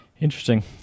Interesting